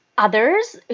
Others